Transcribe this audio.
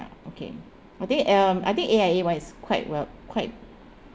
ya okay I think um I think A_I_A one is quite well quite